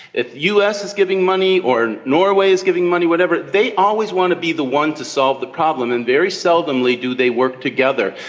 if the us is giving money or norway is giving money, whatever, they always want to be the one to solve the problem, and very seldomly do they work together.